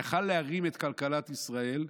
יכול היה להרים את כלכלת מדינת ישראל.